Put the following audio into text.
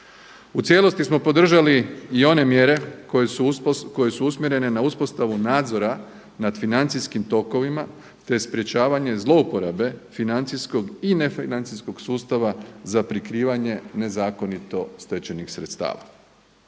U cijelosti smo podržali i one mjere koje su usmjerene na uspostavu nadzora nad financijskim tokovima, te sprječavanje zlouporabe financijskog i nefinancijskog sustava za prikrivanje nezakonito stečenih sredstava.